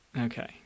Okay